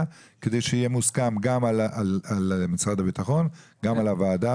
כדי שיהיה מוסכם גם על משרד הביטחון וגם על הוועדה,